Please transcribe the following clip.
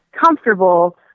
comfortable